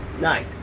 Nice